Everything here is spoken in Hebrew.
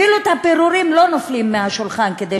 אפילו הפירורים לא נופלים מהשולחן כדי